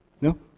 No